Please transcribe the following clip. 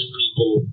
people